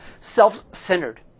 self-centered